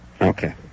okay